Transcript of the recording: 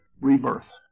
rebirth